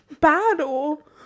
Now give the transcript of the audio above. battle